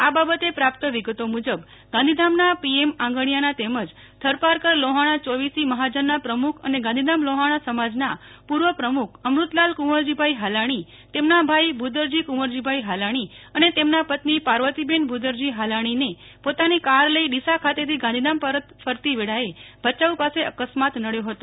આ બાબતે પ્રાપ્ત વિગતો મુજબ ગાંધીધામના પીએમ આંગણિયાના તેમજ થરપારકર લોહાણા ચોવીસી મહાજનના પ્રમુખ અને ગાંધીધામ લોહાણા સમાજના પૂર્વ પ્રમુખ અમૃતલાલ કુંવરજીભાઇ હાલાણી તેમના ભાઈ ભુદરજી કુંવરજીભાઇ હાલાણી અને તેમના પત્ની પાર્વતીબેન ભુદરજી ફાલાણીને પોતાની કાર લઇ ડીસા ખાતેથી ગાંધીધામ પરત ફરતી વેળાએ ભયાઉ પાસે અકસ્માત નડ્યો હતો